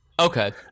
Okay